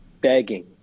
begging